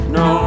no